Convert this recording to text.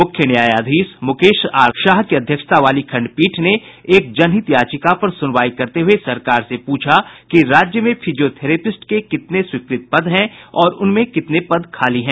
मुख्य न्यायाधीश मुकेश आर शाह की अध्यक्षता वाली खंडपीठ ने एक जनहित याचिका पर सुनवाई करते हुए सरकार से पूछा कि राज्य में फिजियोथेरेपिस्ट के कितने स्वीकृत पद हैं और उनमें कितने पद खाली हैं